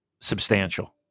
substantial